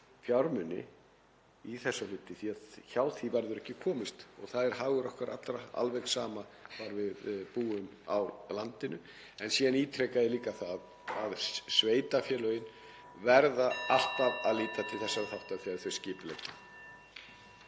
fjármuni í þessa hluti því að hjá því verður ekki komist og það er hagur okkar allra, alveg sama hvar við búum á landinu. En ég ítreka að sveitarfélögin verða alltaf að líta til þessara þátta þegar þau skipuleggja.